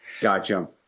Gotcha